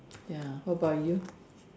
ya what about you